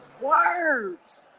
words